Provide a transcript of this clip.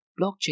Blockchain